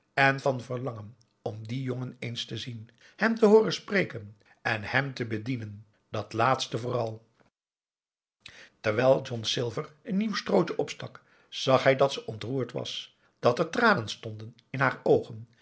en van verlangen om dien jongen eens te zien hem te hooren spreken en hem te bedienen dat laatste vooral terwijl john silver een nieuw strootje opstak zag hij dat ze ontroerd was dat er tranen stonden in haar oogen